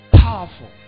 powerful